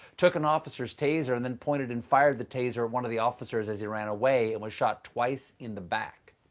took an officer's taser and then pointed and fired the taser at one of the officers as he ran away, and was shot twice in the back.